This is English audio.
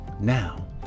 now